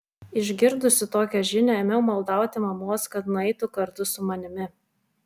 išgirdusi tokią žinią ėmiau maldauti mamos kad nueitų kartu su manimi